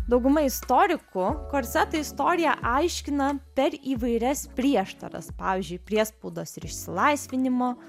dauguma istorikų korsetų istoriją aiškina per įvairias prieštaras pavyzdžiui priespaudos ir išsilaisvinimo